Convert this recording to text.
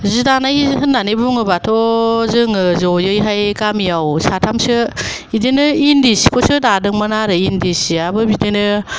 जि दानाय होननानै बुङोबाथ' जोङो ज'यैहाय गामियाव साथामसो बेदिनो इन्दि सिखौसो दादोंमोन आरो इन्दि सियाबो बिदिनो